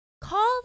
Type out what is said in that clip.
Call